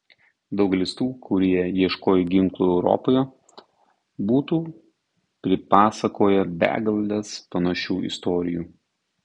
daugelis tų kurie ieškojo ginklų europoje būtų pripasakoję begales panašių istorijų